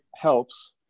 helps